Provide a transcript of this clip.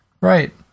Right